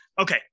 Okay